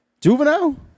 Juvenile